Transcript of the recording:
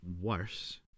worse